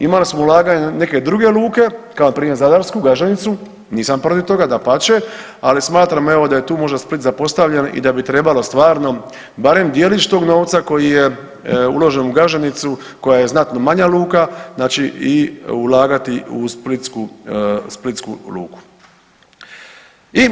Imali smo ulaganja u neke druge luke, kao npr. zadarsku Gaženicu, nisam protiv toga dapače, ali smatram evo da je tu možda Split zapostavljen i da bi trebalo stvarno barem djelić tog novca koji je uložen u Gaženicu koja je znatno manja luka znači i ulagati u splitsku, splitsku luku.